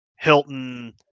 Hilton